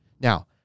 Now